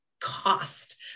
cost